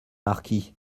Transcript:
marquis